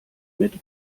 mit